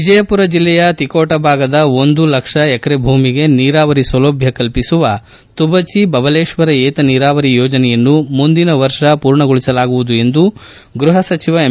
ವಿಜಯಪುರ ಜಿಲ್ಲೆಯ ತಿಕೋಟಾ ಭಾಗದ ಒಂದು ಲಕ್ಷ ಎಕರೆ ಭೂಮಿಗೆ ನೀರಾವರಿ ಸೌಲಭ್ಯ ಕಲ್ಪಿಸುವ ತುಬಚಿ ಬಬಲೇಶ್ವರ ಏತ ನೀರಾವರಿ ಯೋಜನೆಯನ್ನು ಮುಂದಿನ ವರ್ಷ ಪೂರ್ಣ ಮಾಡಲಾಗುವುದು ಎಂದು ಗ್ಬಹ ಸಚಿವ ಎಂ